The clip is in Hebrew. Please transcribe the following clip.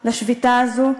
לשביתה הזאת.